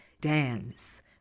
dance